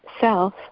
self